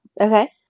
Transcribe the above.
Okay